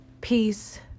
peace